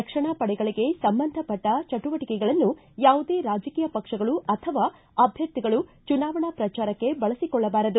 ರಕ್ಷಣಾ ಪಡೆಗಳಿಗೆ ಸಂಬಂಧಪಟ್ಟ ಚಿಟುವಟಿಕೆಗಳನ್ನು ಯಾವುದೇ ರಾಜಕೀಯ ಪಕ್ಷಗಳು ಅಥವಾ ಅಭ್ಯರ್ಥಿಗಳು ಚುನಾವಣಾ ಪ್ರಚಾರಕ್ಷೆ ಬಳಬಿಕೊಳ್ಳಬಾರದು